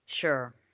Sure